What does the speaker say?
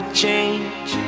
change